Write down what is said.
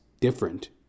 different